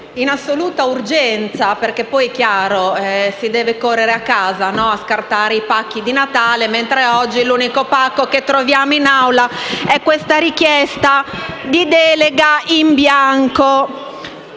in assoluta urgenza perché poi si deve correre a casa a scartare i pacchi di Natale, mentre oggi l'unico pacco che troviamo in Assemblea è la richiesta di delega in bianco.